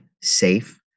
safe